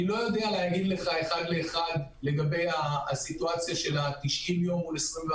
אני לא יודע לומר לך אחד לאחד לגבי המצב של ה-90 יום או ה-21,